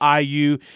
IU